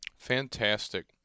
Fantastic